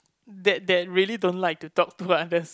that that really don't like to talk to others